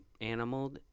animal